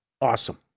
Awesome